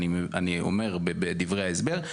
אני אומר בדברי ההסבר,